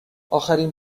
آخرین